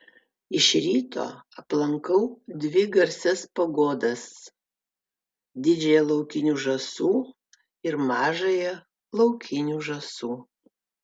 iš ryto aplankau dvi garsias pagodas didžiąją laukinių žąsų ir mažąją laukinių žąsų